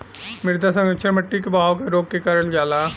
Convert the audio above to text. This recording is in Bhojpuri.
मृदा संरक्षण मट्टी के बहाव के रोक के करल जाला